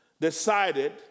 decided